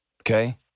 Okay